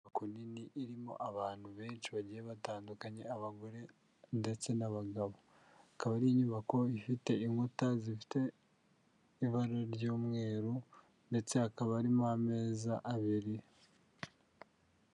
Inyubako nini irimo abantu benshi bagiye batandukanya, abagore ndetse n'abagabo, ikaba ari inyubako ifite inkuta zifite ibara ry'umweru, ndetse hakaba harimo ameza abiri.